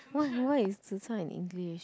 !wah! what is zi char in English